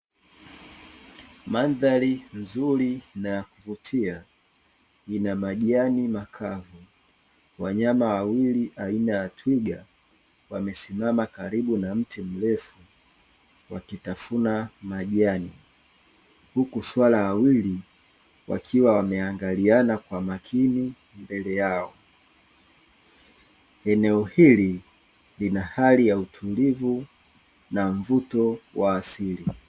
Mandhali nzuri na ya kuvutia ina majani makavu. Wanyama wawili aina ya twiga wamesimama karibu na mti mrefu wakitafuna majani, huku swala wawili wakiwa wameangalia kwa makini mbele yao. Eneo hili lina hali ya utulivu na mvuto wa asili.